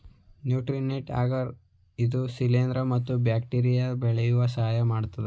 nutrient agar ಇದು ಶಿಲಿಂದ್ರ ಮತ್ತು ಬ್ಯಾಕ್ಟೀರಿಯಾ ಬೆಳೆಯಲು ಸಹಾಯಮಾಡತ್ತದೆ